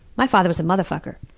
my father was a motherfucker.